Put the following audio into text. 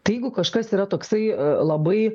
tai jeigu kažkas yra toksai labai